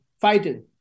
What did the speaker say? fighting